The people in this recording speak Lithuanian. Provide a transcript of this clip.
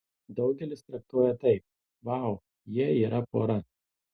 daugelis traktuoja taip vau jie yra pora